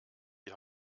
die